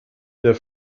der